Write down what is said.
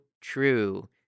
true